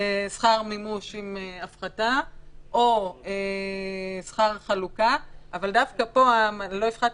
שכר חלוקה או שכר מימוש,